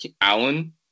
Allen